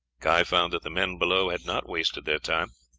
guy found that the men below had not wasted their time.